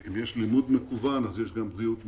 אם יש לימוד מקוון אז יש גם בריאות מקוונת.